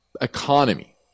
economy